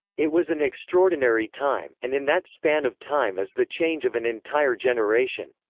it was an extraordinary time, and in that span of time is the change of an entire generation